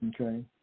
okay